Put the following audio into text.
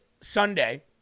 Sunday